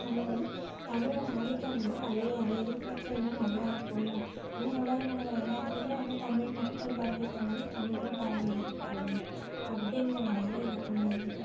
நம்மளுக்கு வந்து தமிழோட ஆதிக்கம் வந்து அழியாது எதிர்காலத்தில் இன்னும் நல்லா இருக்கும் ஏன்னா உலக நாடுகள் எல்லாத்துலையுமே வந்து தமிழ்மக்கள் பரவி இருக்க மாதிரி தமிழும் பரவி இருக்கும் அப்படிங்கிறமாரி இது பண்ணி இருக்குது